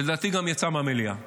ולדעתי גם יצא מהמליאה,